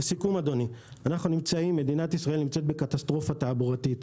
לסיכום, מדינת ישראל נמצאת בקטסטרופה תעבורתית.